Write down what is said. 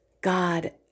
God